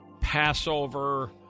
Passover